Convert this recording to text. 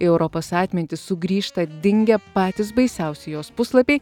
į europos atmintį sugrįžta dingę patys baisiausi jos puslapiai